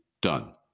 done